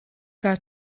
got